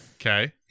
Okay